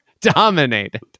Dominated